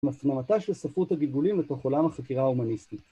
משמעותה של ספרות הגיבולים בתוך עולם החקירה ההומניסטית